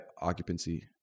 occupancy